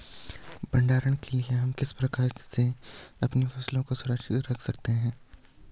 भंडारण के लिए हम किस प्रकार से अपनी फसलों को सुरक्षित रख सकते हैं?